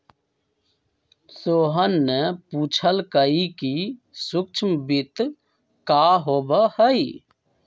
सोहन ने पूछल कई कि सूक्ष्म वित्त का होबा हई?